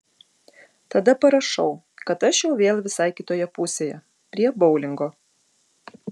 tada parašau kad aš jau vėl visai kitoje pusėje prie boulingo